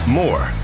more